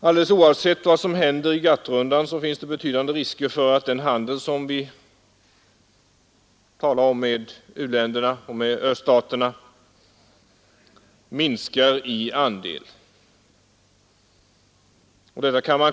Alldeles oavsett vad som händer i GATT-rundan finns det betydande risker för att den handel som vi talar om med u-länderna och öststaterna minskar i andel.